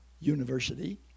university